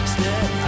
Step